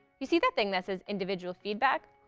you see that thing that says individual feedback?